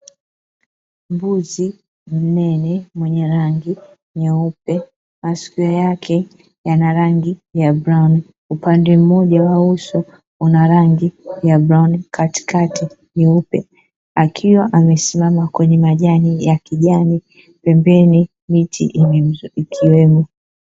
Mbuzi mnene mwenye rangi nyeupe, masikio yake yana rangi ya brauni, upande mmoja wa uso una rangi ya brauni katikati nyeupe akiwa amesimama kwenye majani ya kijani, pembeni miti ikiwemo.